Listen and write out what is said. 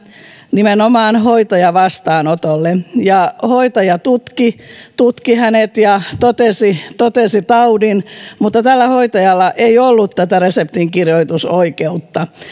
nimenomaan hoitajan vastaanotolle ja hoitaja tutki tutki hänet ja totesi totesi taudin mutta tällä hoitajalla ei ollut tätä reseptinkirjoitusoikeutta